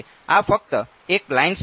આ ફક્ત એક લાઈન સ્પેસીફિકશન છે